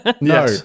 No